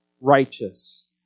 righteous